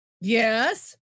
Yes